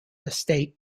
estate